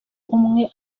umwe